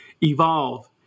evolve